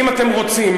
אם אתם רוצים,